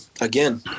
again